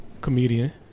comedian